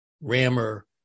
rammer